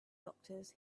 doctors